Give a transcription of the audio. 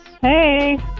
Hey